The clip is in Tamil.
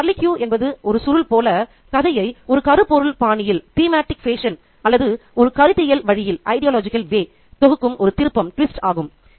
ஒரு கர்லிக்யூ என்பது ஒரு சுருள் போல கதையை ஒரு கருப்பொருள் பாணியில் அல்லது ஒரு கருத்தியல் வழியில் தொகுக்கும் ஒரு திருப்பம் ஆகும்